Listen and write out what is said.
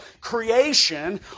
creation